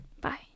bye